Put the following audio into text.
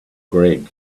greg